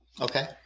Okay